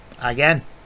Again